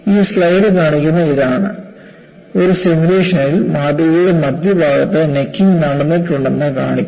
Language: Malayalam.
ഈ സ്ലൈഡ് കാണിക്കുന്നത് ഇതാണ് ഒരു സിമുലേഷനിൽ മാതൃകയുടെ മധ്യഭാഗത്ത് നെക്കിങ് നടന്നിട്ടുണ്ടെന്ന് കാണിക്കുന്നു